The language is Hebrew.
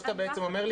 מה שאתה אומר לי,